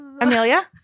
Amelia